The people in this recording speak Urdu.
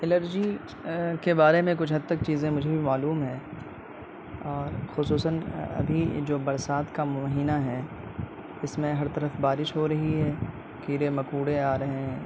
الرجی کے بارے میں کچھ حد تک چیزیں مجھے بھی چیزیں معلوم ہیں اور خصوصاً ابھی جو برسات کا مہینہ ہے اس میں ہر طرف بارش ہو رہی ہے کیڑے مکوڑے آ رہے ہیں